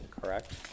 correct